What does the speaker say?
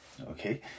okay